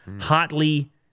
hotly